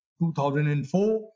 2004